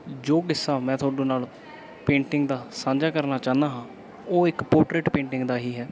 ਜੋ ਕਿੱਸਾ ਮੈਂ ਤੁਹਾਡੇ ਨਾਲ ਪੇਂਟਿੰਗ ਦਾ ਸਾਂਝਾ ਕਰਨਾ ਚਾਹੁੰਦਾ ਹਾਂ ਉਹ ਇੱਕ ਪੋਰਟਰੇਟ ਪੇਂਟਿੰਗ ਦਾ ਹੀ ਹੈ